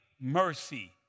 mercy